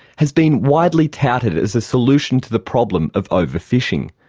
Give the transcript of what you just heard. has been widely touted as a solution to the problem of over-fishing.